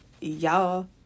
Y'all